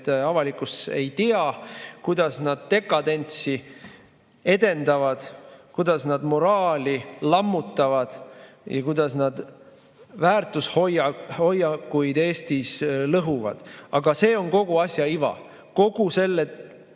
avalikkus ei tea, kuidas nad dekadentsi edendavad, kuidas nad moraali lammutavad ja kuidas nad väärtushoiakuid Eestis lõhuvad. Aga see on kogu asja iva, kogu selle